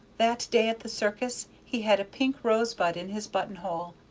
that day at the circus he had a pink rosebud in his buttonhole,